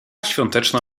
świąteczna